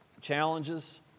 challenges